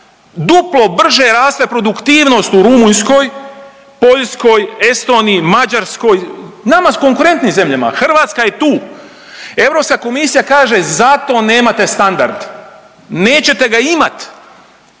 duplo brže raste produktivnost u Rumunjskoj, Poljskoj, Estoniji, Mađarskoj, nama s konkurentnim zemljama. Hrvatska je tu. Europska komisija kaže zato nemate standard, nećete ga imat